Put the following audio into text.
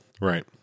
Right